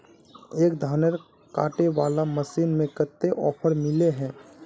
एक धानेर कांटे वाला मशीन में कते ऑफर मिले है?